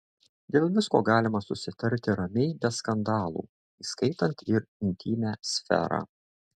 dėl visko galima susitarti ramiai be skandalų įskaitant ir intymią sferą